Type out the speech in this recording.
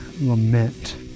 lament